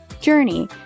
journey